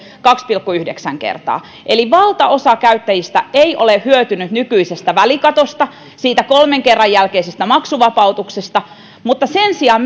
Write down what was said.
kaksi pilkku yhdeksän kertaa eli valtaosa käyttäjistä ei ole hyötynyt nykyisestä välikatosta kolmen kerran jälkeisestä maksuvapautuksesta mutta sen sijaan